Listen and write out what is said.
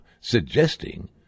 suggesting